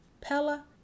Pella